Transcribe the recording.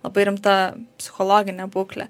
labai rimta psichologinė būklė